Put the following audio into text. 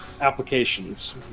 applications